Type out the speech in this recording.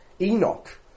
Enoch